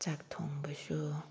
ꯆꯥꯛ ꯊꯣꯡꯕꯁꯨ